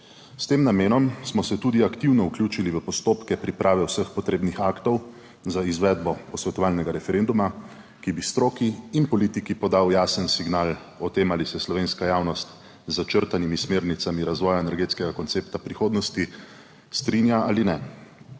S tem namenom smo se tudi aktivno vključili v postopke priprave vseh potrebnih aktov za izvedbo posvetovalnega referenduma, ki bi stroki in politiki podal jasen signal o tem, ali se slovenska javnost z začrtanimi smernicami razvoja energetskega koncepta v prihodnosti strinja ali ne.